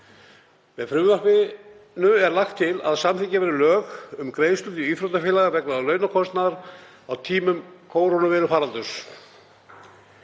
Með frumvarpinu er lagt til að samþykkt verði lög um greiðslur til íþróttafélaga vegna launakostnaðar á tímum kórónuveirufaraldursins.